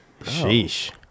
Sheesh